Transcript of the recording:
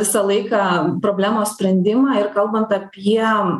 visą laiką problemos sprendimą ir kalbant apie